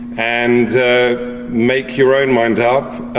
and make your own mind up.